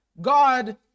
God